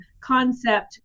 concept